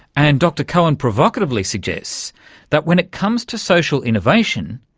and dr cohen provocatively suggests that when it comes to social innovation,